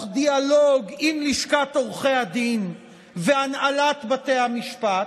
דיאלוג עם לשכת עורכי הדין ועם הנהלת בתי המשפט,